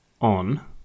on